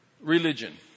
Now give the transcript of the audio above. religion